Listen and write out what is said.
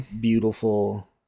beautiful